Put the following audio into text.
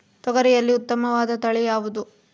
ತೊಗರಿಯಲ್ಲಿ ಉತ್ತಮವಾದ ತಳಿ ಯಾವುದು?